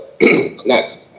Next